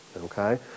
okay